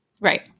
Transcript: Right